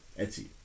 Etsy